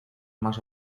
más